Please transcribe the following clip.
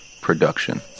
Production